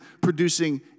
producing